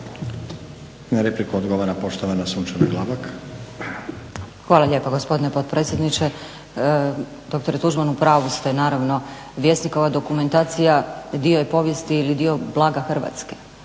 Na repliku odgovara poštovana Sunčana Glavak. **Glavak, Sunčana (HDZ)** Hvala lijepa gospodine potpredsjedniče. Doktore Tuđman, u pravu ste naravno. Vjesnikova dokumentacija dio je povijesti ili dio blaga Hrvatske.